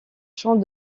champs